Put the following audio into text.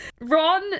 Ron